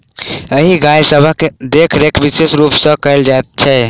एहि गाय सभक देखरेख विशेष रूप सॅ कयल जाइत छै